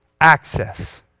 access